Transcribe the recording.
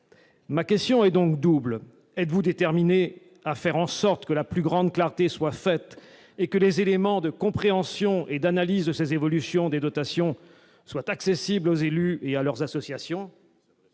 : le ministre de l'intérieur est-il déterminé à faire en sorte que la plus grande clarté soit faite et que les éléments de compréhension et d'analyse de ces évolutions des dotations soient rendus accessibles aux élus et à leurs associations ?